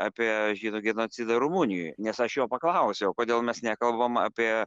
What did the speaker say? apie žydų genocidą rumunijoj nes aš jo paklausiau kodėl mes nekalbam apie